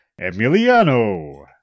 Emiliano